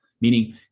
Meaning